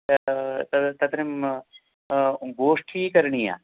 तद् त तत्र गोष्ठी करणीया